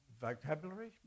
vocabulary